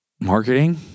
marketing